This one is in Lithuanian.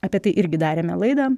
apie tai irgi darėme laidą